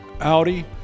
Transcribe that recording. Audi